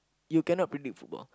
you cannot predict football